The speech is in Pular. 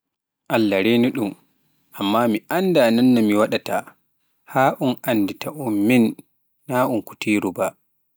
Allah reenu ɗum, amma mi annda nonno mi waɗaata haa un anndita un min naa un kutiru ba.